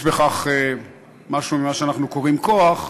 יש בכך משהו ממה שאנחנו קוראים כוח,